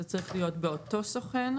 זה צריך להיות "באותו סוכן".